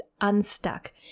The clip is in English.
unstuck